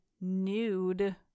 nude